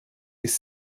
ist